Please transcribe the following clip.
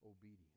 obedience